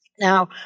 Now